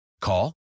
Call